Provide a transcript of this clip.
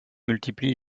multiplie